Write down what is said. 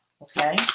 Okay